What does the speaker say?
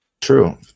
True